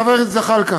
חבר הכנסת זחאלקה,